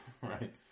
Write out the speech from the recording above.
Right